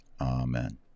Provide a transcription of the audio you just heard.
Amen